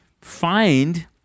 find